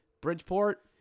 Bridgeport